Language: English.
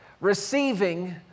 receiving